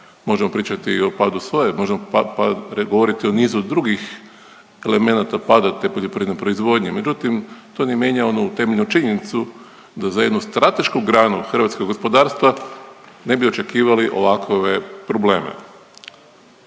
Možemo pričati i o padu soje, možemo govoriti o nizu drugih elemenata pada te poljoprivredne proizvodnje međutim to ne mijenja onu temeljnu činjenicu da za jednu stratešku granu hrvatskog gospodarstva ne bi očekivali ovakove probleme.